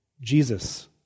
Jesus